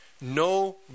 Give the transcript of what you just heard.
No